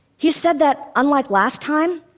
he said that unlike last time,